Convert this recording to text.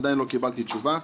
עדיין לא קיבלתי תשובה.